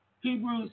Hebrews